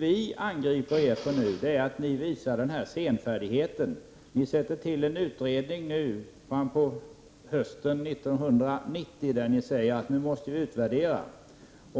Vi kritiserar er senfärdighet. Ni tillsätter en utredning hösten 1990 och säger att det måste bli en utvärdering.